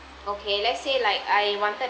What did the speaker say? okay let's say like I wanted